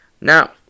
Now